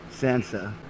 Sansa